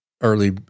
early